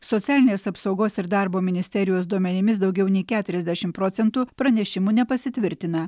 socialinės apsaugos ir darbo ministerijos duomenimis daugiau nei keturiasdešimt procentų pranešimų nepasitvirtina